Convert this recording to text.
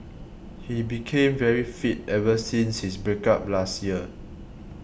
he became very fit ever since his break up last year